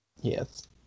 Yes